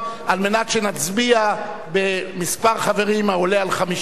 על מנת שנצביע במספר חברים העולה על 50,